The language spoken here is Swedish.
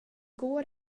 går